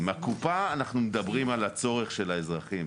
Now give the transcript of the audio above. עם הקופה אנחנו מדברים על הצורך של האזרחים.